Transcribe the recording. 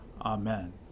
Amen